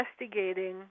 investigating